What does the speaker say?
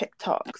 TikToks